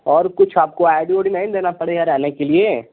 और कुछ आपको आई डी उडी नहीं न देना पड़ेगा रहने के लिए